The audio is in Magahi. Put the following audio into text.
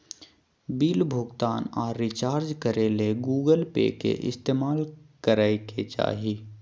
बिल भुगतान आर रिचार्ज करे ले गूगल पे के इस्तेमाल करय के चाही